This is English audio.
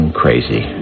crazy